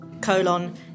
colon